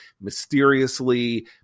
mysteriously